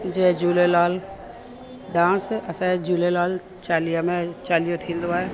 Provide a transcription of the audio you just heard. जय Jhulelal dance असांजे झूलेलाल चालीहा में चालीहो थींदो आहे